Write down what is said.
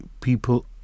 people